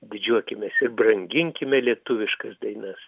didžiuokimės ir branginkime lietuviškas dainas